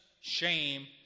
shame